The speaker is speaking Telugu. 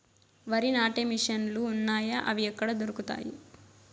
వరి నాటే మిషన్ ను లు వున్నాయా? అవి ఎక్కడ దొరుకుతాయి?